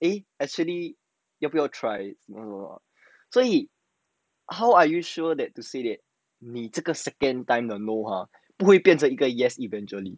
eh actually 要不要 try or 所以 how are you sure 你 say that 这个 second time you say no 不会变成一个 yes eventually